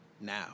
now